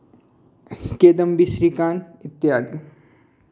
केदम्बी श्रीकांत इत्यादि